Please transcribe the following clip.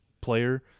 player